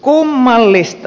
kummallista